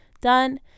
done